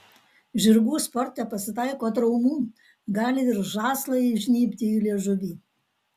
žirgų sporte pasitaiko traumų gali ir žąslai įžnybti į liežuvį